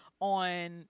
on